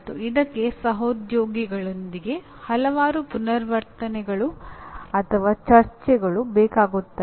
ಮತ್ತು ಇದಕ್ಕೆ ಸಹೋದ್ಯೋಗಿಗಳೊಂದಿಗೆ ಹಲವಾರು ಪುನರಾವರ್ತನೆಗಳು ಅಥವಾ ಚರ್ಚೆಗಳು ಬೇಕಾಗುತ್ತವೆ